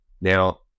now